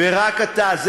ורק אתה,